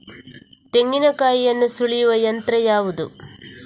ತೆಂಗಿನಕಾಯಿಯನ್ನು ಸುಲಿಯುವ ಯಂತ್ರ ಯಾವುದು?